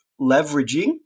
leveraging